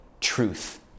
truth